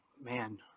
man